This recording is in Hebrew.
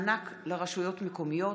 נגיף הקורונה החדש) (מענק לרשויות מקומיות),